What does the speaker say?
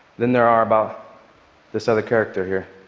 than there are about this other character here.